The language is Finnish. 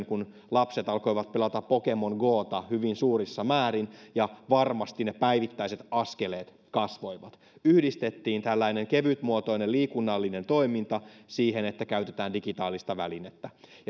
kun lapset alkoivat pelata pokemon gota hyvin suurissa määrin ja varmasti ne päivittäiset askeleet kasvoivat yhdistettiin tällainen kevytmuotoinen liikunnallinen toiminta siihen että käytetään digitaalista välinettä